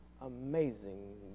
amazing